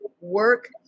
work